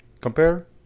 Compare